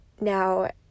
Now